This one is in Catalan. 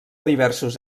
diversos